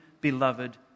beloved